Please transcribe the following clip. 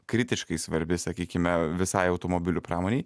kritiškai svarbi sakykime visai automobilių pramonei